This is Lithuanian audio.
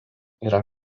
yra